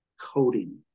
coding